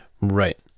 Right